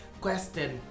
question